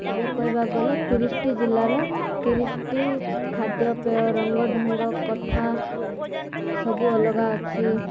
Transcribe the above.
ଏବେ କହିବାକୁ ଗଲେ ତିରିଶିଟି ଜିଲ୍ଲାର ତିରିଶିଟି ଖାଦ୍ୟପେୟ ରଙ୍ଗ ଢଙ୍ଗ କଥା ସବୁ ଅଲଗା ଅଛି